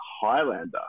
Highlander